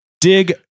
dig